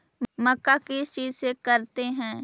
मक्का किस चीज से करते हैं?